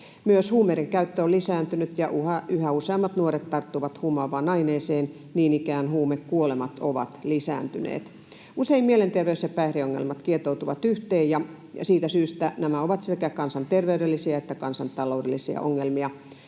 Myös huumeidenkäyttö on lisääntynyt, ja yhä useammat nuoret tarttuvat huumaavaan aineeseen. Niin ikään huumekuolemat ovat lisääntyneet. Usein mielenterveys- ja päihdeongelmat kietoutuvat yhteen, ja siitä syystä nämä ovat sekä kansanterveydellisiä että kansantaloudellisia ongelmia.